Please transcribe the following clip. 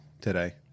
today